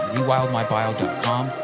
ReWildMyBio.com